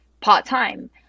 part-time